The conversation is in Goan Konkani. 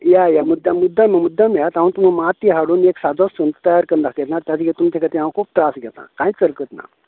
या या मुद्दम मुद्दम मुद्दम येया त हांव तुमकां माती हाडून एक सादो सुंकटो तयार करून दाखयता ताच्या खातीर तुमच्या खातीर हांव खूब त्रास घेतां कांयच हरकत ना